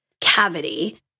cavity